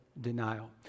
denial